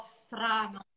strano